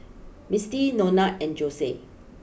Mistie Nona and Jose